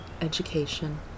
education